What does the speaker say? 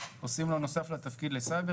עושים לו נוסף לתפקיד לסייבר,